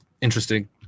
interesting